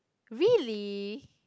really